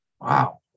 Wow